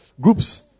groups